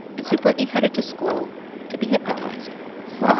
and so brittany headed to school to be hypnotized five.